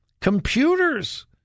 computers